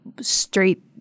straight